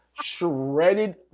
shredded